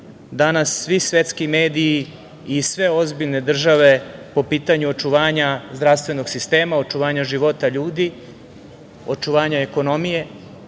danas svi svetski mediji i sve ozbiljne države po pitanju očuvanja zdravstvenog sistema, očuvanja života ljudi, očuvanja ekonomije.